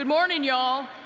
and morning, y'all.